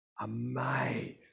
Amazed